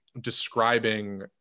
describing